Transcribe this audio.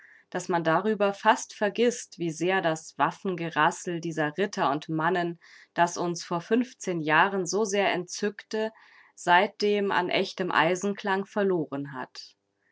daß man darüber fast vergißt wie sehr das waffengerassel dieser ritter und mannen das uns vor fünfzehn jahren so sehr entzückte seitdem an echtem eisenklang verloren hat